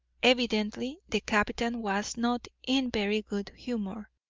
evidently the captain was not in very good humour.